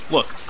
Look